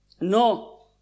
No